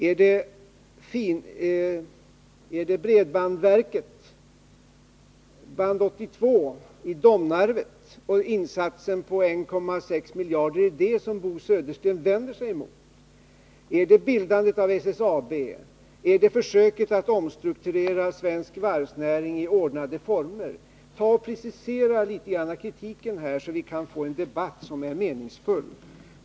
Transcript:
Är det bredbandsverket, Band 82 vid Domnarvet och insatsen på 1,6 miljarder kronor, som Bo Södersten vänder sig emot, är det bildandet av SSAB eller är det försöket att omstrukturera svensk varvsnäring i ordnade former? Precisera kritiken litet, så att vi kan få en meningsfull debatt!